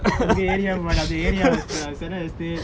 உங்க area வாடா area senett estate